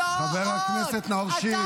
במשרד, חבר הכנסת נאור שירי.